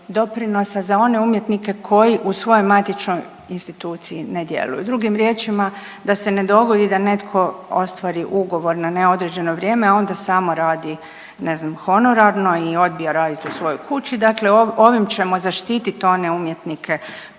doprinosa za one umjetnike koji u svojoj matičnoj instituciji ne djeluju. Drugim riječima, da se ne dogodi da netko ostvari ugovor na neodređeno vrijeme, a onda samo radi ne znam honorarno i odbija radit u svojoj kući, dakle ovim ćemo zaštitit one umjetnike koji